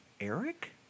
Eric